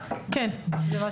ה-23,